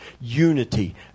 unity